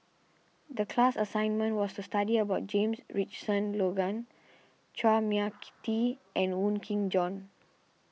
the class assignment was to study about James Richardson Logan Chua Mia Tee and Wong Kin Jong